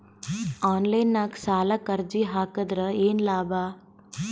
Online ನಾಗ್ ಸಾಲಕ್ ಅರ್ಜಿ ಹಾಕದ್ರ ಏನು ಲಾಭ?